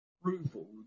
approval